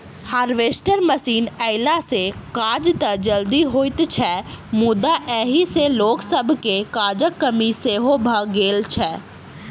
harvester machine अयला सॅ काज त जल्दी होइत छै मुदा एहि सॅ लोक सभके काजक कमी सेहो भ गेल छै